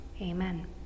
Amen